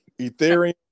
Ethereum